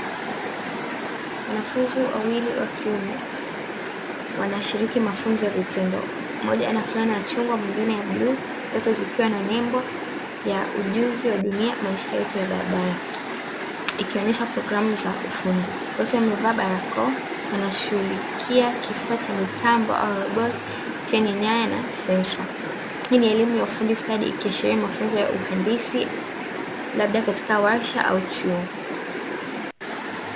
Wanafunzi wawili wa kiume wanashiriki mafunzo ya vitendo mmoja ana fulani ya chungwa mwingine ya bluu zote zikiwa na nembo ya "ujuzi wa dunia maisha yetu ya baadae", ikionyesha programu za ufundi wote wamevaa barakoa wanashughulikia kifaa cha mitambo au roboti chenye nyaya na sensa, hii ni elimu ya ufundi stadi ikiashiria mafunzo ya uhandisi labda katika warsha au chuo.